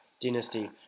dynasty